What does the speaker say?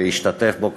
והוא השתתף בו כמובן,